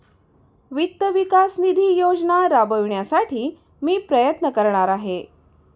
वित्त विकास निधी योजना राबविण्यासाठी मी प्रयत्न करणार आहे